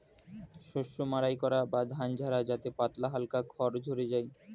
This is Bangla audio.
শস্য মাড়াই করা বা ধান ঝাড়া যাতে পাতলা হালকা খড় ঝড়ে যায়